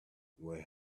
were